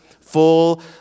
full